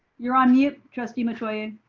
you're on mute trustee metoyer.